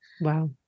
Wow